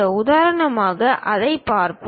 உதாரணமாக இதைப் பார்ப்போம்